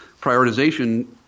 prioritization